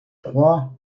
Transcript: trois